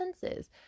senses